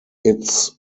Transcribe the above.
its